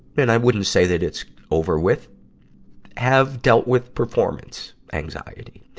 and i wouldn't say that it's over with have dealt with performance anxiety.